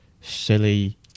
silly